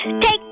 Take